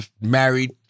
married